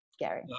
Gary